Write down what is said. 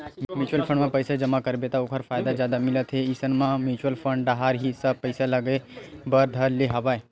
mutual fund म पइसा जमा करबे त ओखर फायदा जादा मिलत हे इसन म म्युचुअल फंड डाहर ही सब पइसा लगाय बर धर ले हवया